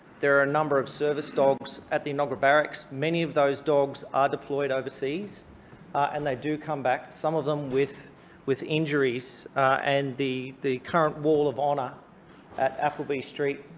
there are a number of service dogs at the enoggera barracks. many of those dogs are deployed overseas and they do come back, some of them, with with injuries and the the current wall of honour at appleby street